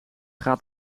gaat